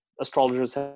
astrologers